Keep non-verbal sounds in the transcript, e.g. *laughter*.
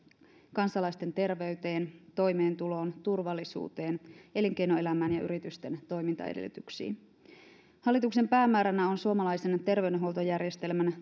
kansalaisten terveyteen toimeentuloon turvallisuuteen elinkeinoelämän ja yritysten toimintaedellytyksiin hallituksen päämääränä on suomalaisen terveydenhuoltojärjestelmän *unintelligible*